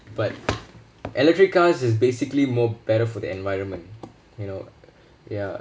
but electric cars is basically more better for the environment you know ya